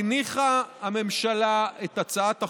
הניחה הממשלה את הצעת החוק,